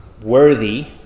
worthy